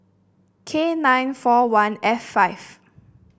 K nine four one F five